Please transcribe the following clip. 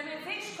זה מביש,